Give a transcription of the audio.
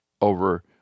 over